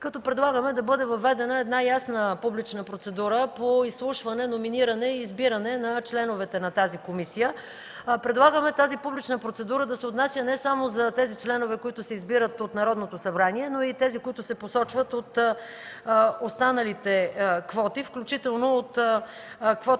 като предлагаме да бъде въведена ясна, публична процедура по изслушване, номиниране и избиране на членовете на тази комисия. Предлагаме тази публична процедура да се отнася не само за членовете, които се избират от Народното събрание, но и за тези, които се посочват от останалите квоти, включително от квотата